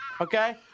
Okay